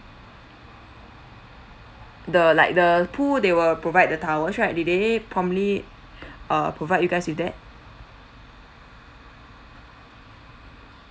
the like the pool they will provide the towels right did they promptly uh provide you guys with that